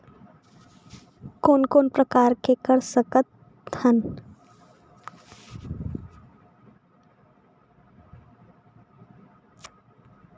कोन कोन से प्रकार ले कर सकत हन?